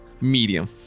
Medium